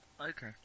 Okay